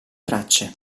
tracce